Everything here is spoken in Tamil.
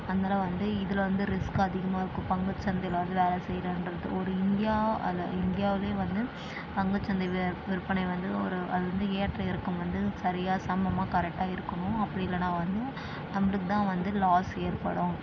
அந்த அளவு வந்து இதில் வந்து ரிஸ்க்கு அதிகமாக இருக்கும் பங்கு சந்தையில் வந்து வேலை செய்யிறதுன்றது ஒரு இந்தியாவில் இந்தியாவே வந்து பங்கு சந்தை வே விற்பனை வந்து ஒரு அது வந்து ஏற்ற இறக்கம் வந்து சரியாக சமமாக கரெக்டாக இருக்கணும் அப்படி இல்லைனா வந்து நம்பளுக்கு தான் வந்து லாஸ் ஏற்படும்